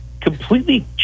completely